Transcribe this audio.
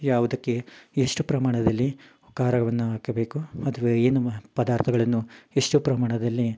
ಯಾವುದಕ್ಕೆ ಎಷ್ಟು ಪ್ರಮಾಣದಲ್ಲಿ ಖಾರವನ್ನು ಹಾಕಬೇಕು ಅಥ್ವಾ ಏನು ಪದಾರ್ಥಗಳನ್ನು ಎಷ್ಟು ಪ್ರಮಾಣದಲ್ಲಿ